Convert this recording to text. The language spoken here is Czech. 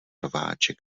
rváče